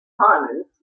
simons